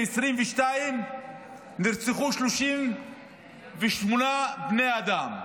ב-2022 נרצחו 38 בני אדם,